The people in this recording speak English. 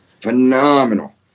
Phenomenal